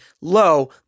low